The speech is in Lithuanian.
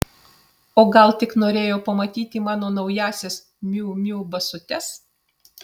o gal tik norėjo pamatyti mano naująsias miu miu basutes